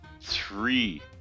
three